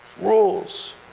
rules